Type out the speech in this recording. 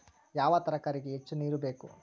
ಯಾವ ತರಕಾರಿಗೆ ಹೆಚ್ಚು ನೇರು ಬೇಕು?